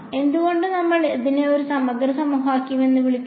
എന്തുകൊണ്ടാണ് നമ്മൾ അതിനെ ഒരു സമഗ്ര സമവാക്യം എന്ന് വിളിക്കുന്നത്